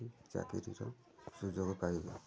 ଚାକିରୀର ସୁଯୋଗ ପାଇବେ